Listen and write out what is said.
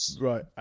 Right